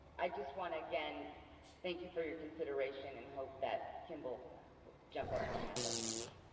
i just want to again thank you for your consideration and hope that kimball jump up on that list.